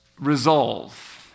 Resolve